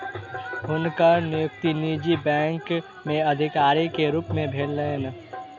हुनकर नियुक्ति निजी बैंक में अधिकारी के रूप में भेलैन